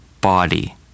Body